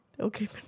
Okay